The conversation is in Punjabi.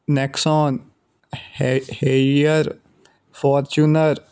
ਨੈਕਸੋਨ ਹੈ ਹਈਅਰ ਫੋਰਚੂਨਰ